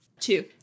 Two